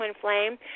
flame